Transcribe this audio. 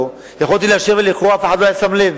יכולתי לאשר ואף אחד לא היה שם לב.